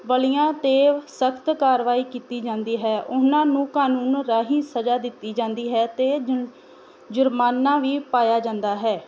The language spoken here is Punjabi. ਵਾਲਿਆਂ 'ਤੇ ਸਖਤ ਕਾਰਵਾਈ ਕੀਤੀ ਜਾਂਦੀ ਹੈ ਉਹਨਾਂ ਨੂੰ ਕਾਨੂੰਨ ਰਾਹੀਂ ਸਜ਼ਾ ਦਿੱਤੀ ਜਾਂਦੀ ਹੈ ਅਤੇ ਜੁ ਜੁਰਮਾਨਾ ਵੀ ਪਾਇਆ ਜਾਂਦਾ ਹੈ